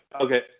okay